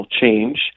change